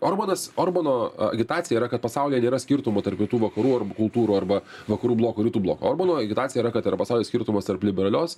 orbanas orbano agitacija yra kad pasaulyje nėra skirtumo tarp kitų vakarų arba kultūrų arba vakarų bloko rytų bloko orbano agitacija yra kad yra pasaulio skirtumas tarp liberalios